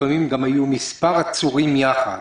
ולפעמים היו מספר עצורים יחד.